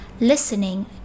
listening